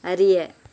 அறிய